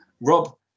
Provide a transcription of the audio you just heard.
Rob